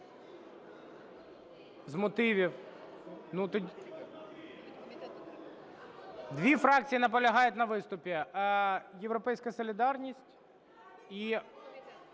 з мотивів. Дві фракції наполягають на виступі: "Європейська солідарність" і…